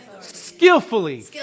Skillfully